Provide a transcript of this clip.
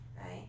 right